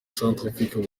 centrafrique